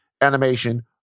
animation